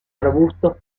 arbustos